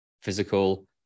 physical